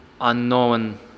unknown